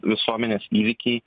visuomenės įvykiai